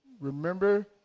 Remember